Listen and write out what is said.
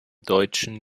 deutschen